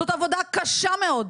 זאת עבודה קשה מאוד,